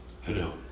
Hello